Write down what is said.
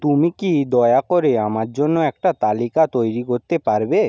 তুমি কি দয়া করে আমার জন্য একটা তালিকা তৈরি করতে পারবে